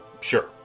Sure